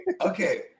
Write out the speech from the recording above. Okay